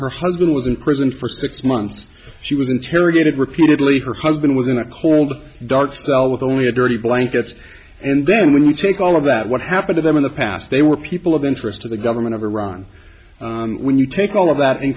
her husband was in prison for six months she was interrogated repeatedly her husband was in a cold dark cell with only a dirty blankets and then when you take all of that what happened to them in the past they were people of interest to the government of iran when you take all of that in